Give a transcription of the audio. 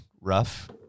rough